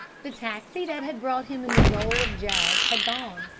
the taxi that had brought him in the role of jaggs had gone,